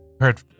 heard